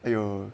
哎哟